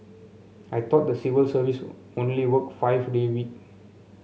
I thought the civil service only work five day week